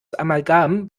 amalgam